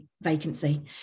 vacancy